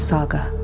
Saga